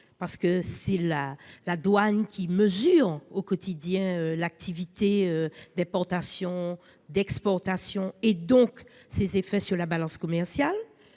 conseil. C'est la douane qui mesure au quotidien les activités d'importation et d'exportation, et leurs effets sur la balance commerciale.